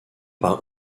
par